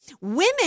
women